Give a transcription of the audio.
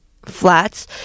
flats